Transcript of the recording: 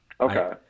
okay